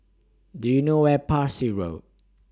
Do YOU know Where Parsi Road